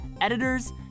editors